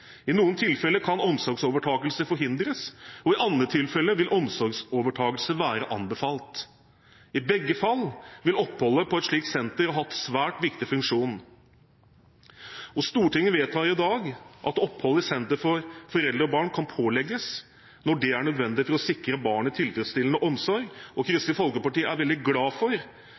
I noen tilfeller kan omsorgsovertagelse forhindres, og i andre tilfeller vil omsorgsovertagelse være anbefalt. I begge fall vil oppholdet på et slikt senter ha en svært viktig funksjon. Stortinget vedtar i dag at et opphold i senter for foreldre og barn kan pålegges når det er nødvendig for å sikre barnet tilfredsstillende omsorg, og